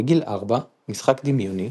בגיל ארבע - משחק דמיוני,